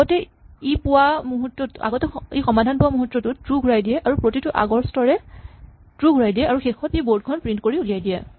আগতে ই সমাধান পোৱা মূহুৰ্তটোত ট্ৰো ঘূৰাই দিয়ে আৰু প্ৰতিটো আগৰ স্তৰে ট্ৰো ঘূৰাই দিয়ে আৰু শেষত ই বৰ্ড খন প্ৰিন্ট কৰি উলিয়াই দিয়ে